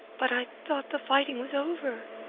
but i thought the fighting was over.